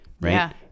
right